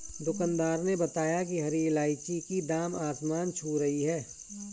दुकानदार ने बताया कि हरी इलायची की दाम आसमान छू रही है